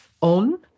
On